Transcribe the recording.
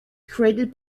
created